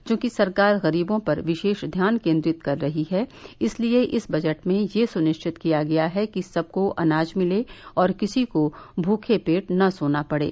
चूंकि सरकार गरीबों पर विशेष ध्यान केन्द्रित कर रही है इसलिए इस बजट में यह सुनिश्चित किया गया है कि सबको अनाज मिले और किसी को भूखे पेट न सोना पड़े